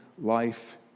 life